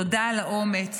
תודה על האומץ,